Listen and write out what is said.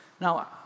Now